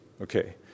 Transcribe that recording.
Okay